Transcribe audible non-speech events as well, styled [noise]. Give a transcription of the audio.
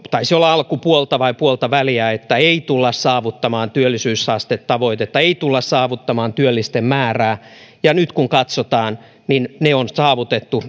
taisi olla alkupuolta tai puoltaväliä että ei tulla saavuttamaan työllisyysastetavoitetta ei tulla saavuttamaan työllisten määrää ja kun nyt katsotaan ne on saavutettu [unintelligible]